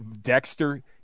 Dexter